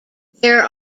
there